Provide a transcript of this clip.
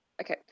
Okay